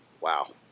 Wow